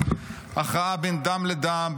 הכרעה בין דם לדם,